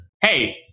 hey